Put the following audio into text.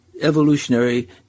evolutionary